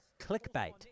clickbait